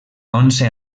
onze